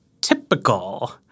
typical